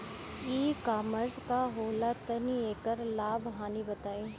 ई कॉमर्स का होला तनि एकर लाभ हानि बताई?